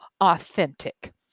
authentic